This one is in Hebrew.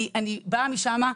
אני באה משם,